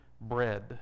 bread